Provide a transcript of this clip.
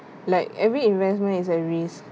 like every investment is a risk